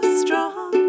strong